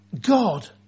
God